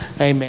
Amen